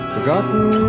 Forgotten